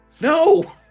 No